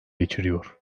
geçiriyor